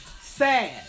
sad